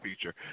future